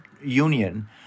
Union